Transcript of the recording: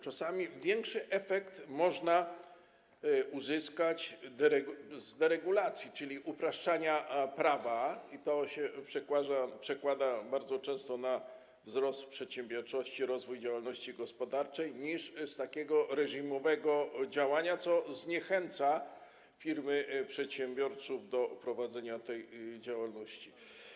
Czasami lepszy efekt można uzyskać w wyniku deregulacji, czyli upraszczania prawa, i to się przekłada bardzo często na wzrost przedsiębiorczości, rozwój działalności gospodarczej, niż takiego reżimowego działania, które zniechęca firmy, przedsiębiorców do prowadzenia tej działalności.